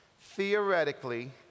Theoretically